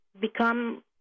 become